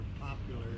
popular